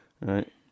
right